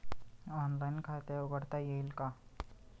Online खाते उघडता येईल का?